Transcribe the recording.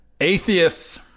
Atheists